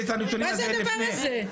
מה זה הדבר הזה?